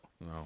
No